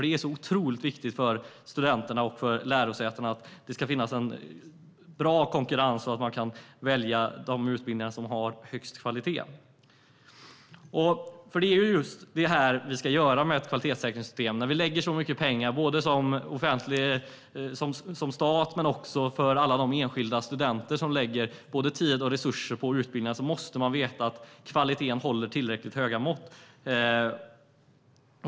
Det är otroligt viktigt för studenterna och lärosätena att det finns en bra konkurrens och att man kan välja de utbildningar som har högst kvalitet. Det är just detta vi ska göra med ett kvalitetssäkringssystem. När vi, både staten och enskilda studenter, lägger så mycket tid och resurser på utbildningar måste vi veta att kvaliteten håller måttet.